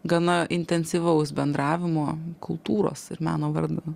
gana intensyvaus bendravimo kultūros ir meno vardan